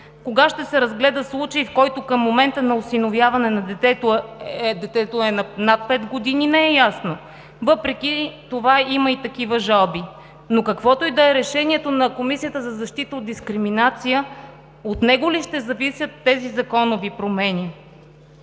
Кога ще се разгледа случай, в който към момента на осиновяване на детето то е над 5 години, не е ясно. Въпреки това има и такива жалби. Но каквото и да е решението на Комисията за защита от дискриминация, от него ли ще зависят тези законови промени?